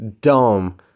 dumb